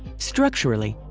structurally,